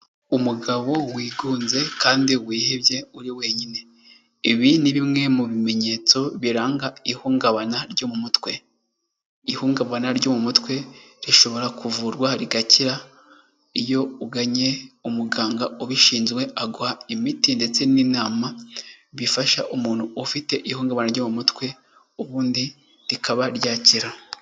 Umugabo wigunze kandi wihebye, uri wenyine. Ibi ni bimwe mu bimenyetso biranga ihungabana ryo mu mutwe. Ihungabana ryo mu mutwe rishobora kuvurwa rigakira, iyo ugannye umuganga ubishinzwe aguha imiti ndetse n'inama bifasha umuntu ufite ihungabana ryo mu umutwe, ubundi rikaba ryakira.